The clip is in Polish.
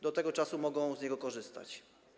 Do tego czasu mogą z niego korzystać.